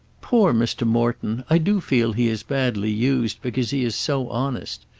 poor mr. morton! i do feel he is badly used because he is so honest.